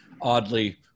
oddly